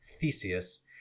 Theseus